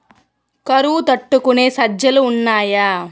కరువు తట్టుకునే సజ్జలు ఉన్నాయా